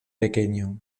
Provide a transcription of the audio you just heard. pequeño